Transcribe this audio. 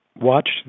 watch